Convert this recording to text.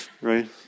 right